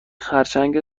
خرچنگ